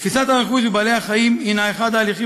תפיסת הרכוש ובעלי-החיים היא אחד ההליכים